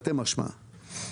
תרתי משמע.